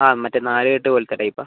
ആ മറ്റെ നാലുകെട്ട് പോലത്തെ ടൈപ്പാ